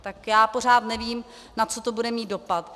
Tak já pořád nevím, na co to bude mít dopad.